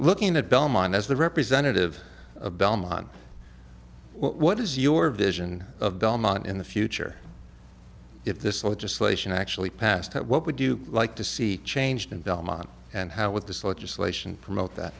looking at belmont as the representative of belmont what is your vision of belmont in the future if this legislation actually passed what would you like to see changed in belmont and how with this legislation promote that